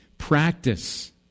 Practice